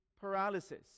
paralysis